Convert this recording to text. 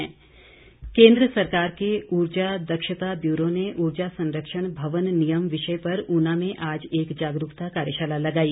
कार्यशाला केंद्र सरकार के ऊर्जा दक्षता ब्यूरो ने ऊर्जा सरंक्षण भवन नियम विषय पर ऊना में आज एक जागरूकता कार्यशाला लगाई